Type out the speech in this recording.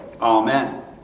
Amen